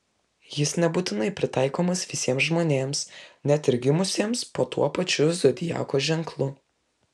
jis nebūtinai pritaikomas visiems žmonėms net ir gimusiems po tuo pačiu zodiako ženklu